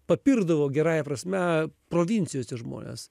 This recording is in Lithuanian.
papirkdavo gerąja prasme provincijose žmones